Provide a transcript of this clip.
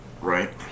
Right